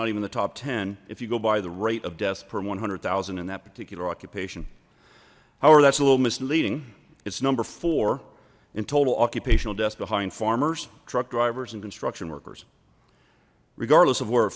not even the top ten if you go by the rate of deaths per one hundred zero in that particular occupation however that's a little misleading it's number four in total occupational desk behind farmers truck drivers and construction workers regardless of where